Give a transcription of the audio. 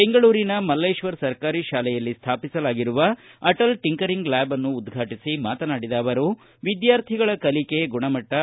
ಬೆಂಗಳೂರಿನ ಮಲ್ಲೇಶ್ವರ ಸರ್ಕಾರಿ ಶಾಲೆಯಲ್ಲಿ ಸ್ವಾಪಿಸಲಾಗಿರುವ ಅಟಲ್ ಟಿಂಕರಿಂಗ್ ಲ್ಯಾಬ್ ಅನ್ನು ಉದ್ಘಾಟಿಸಿ ಮಾತನಾಡಿದ ಅವರು ವಿದ್ಯಾರ್ಥಿಗಳ ಕಲಿಕೆ ಗುಣಮಟ್ಲ